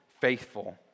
faithful